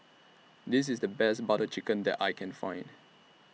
This IS The Best Butter Chicken that I Can Find